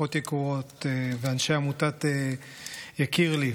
משפחות יקרות ואנשי עמותת "יקיר לי",